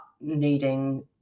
needing